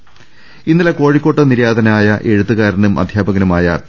രദേഷ്ടെടു ഇന്നലെ കോഴിക്കോട്ട് നിര്യാതനായ എഴുത്തുകാരനും അധ്യാപകനു ട മായ പി